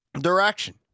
direction